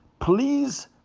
Please